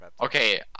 Okay